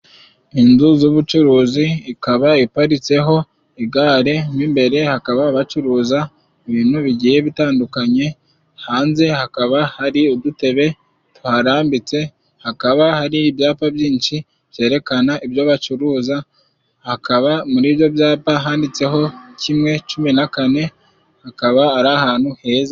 Inzu y'ubucuruzi ikaba iparitseho igare, imbere bakaba bacuruza ibintu bigiye bitandukanye, hanze hakaba hari udutebe tuharambitse, hakaba hari ibyapa byinshi byerekana ibyo bacuruza, hakaba muri ibyo byapa handitseho kimwe cumi na kane hakaba ari ahantu heza.